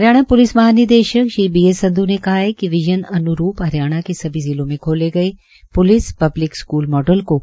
Haryana police महानिदेशक Shri B S सन्ध्य ने कहा है कि विज़न अन्रूप हरियाणा के सभी जिलों में खोले गए प्लिस पब्लिक स्कूल मॉडल को